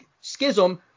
schism